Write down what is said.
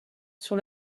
sur